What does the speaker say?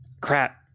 Crap